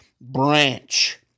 branch